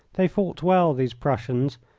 they fought well, these prussians,